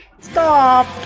Stop